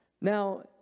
Now